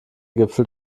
gipfel